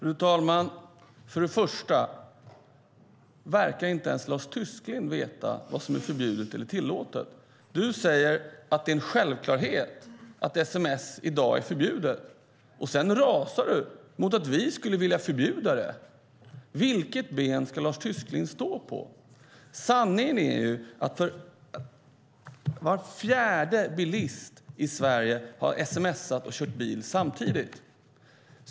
Fru talman! Lars Tysklind verkar inte ens veta vad som är förbjudet eller tillåtet. Han säger att det är en självklarhet att det är förbjudet med sms i dag, och sedan rasar han mot att vi skulle vilja förbjuda det. Vilket ben ska Lars Tysklind stå på? Sanningen är att fjärde bilist i Sverige har sms:at och kört bil samtidigt.